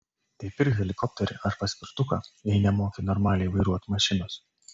tai pirk helikopterį ar paspirtuką jei nemoki normaliai vairuot mašinos